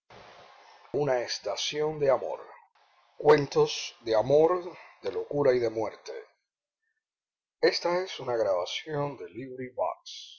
proofreading team cuentos de amor de locura y de muerte horacio quiroga indice una estación de